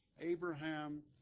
Abraham